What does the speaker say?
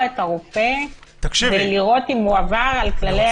את הרופא ולראות אם הוא עבר על כללי המשפט המנהלי?